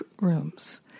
rooms